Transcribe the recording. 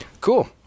Cool